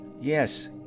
yes